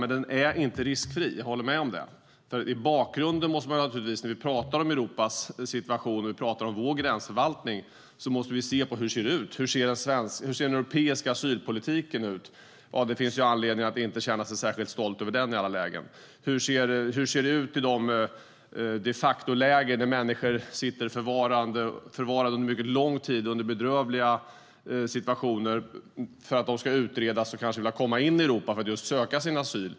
Men den är inte riskfri - jag håller med om det - för när vi talar om Europas situation och om vår gränsförvaltning måste vi se på hur det ser ut. Hur ser den europeiska asylpolitiken ut? Det finns anledning att inte känna sig särskilt stolt över den i alla lägen. Hur ser det ut i de de facto-läger där människor sitter förvarade under mycket lång tid under bedrövliga förhållanden för att de ska utredas för att kanske komma in i Europa för att söka asyl?